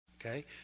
Okay